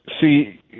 see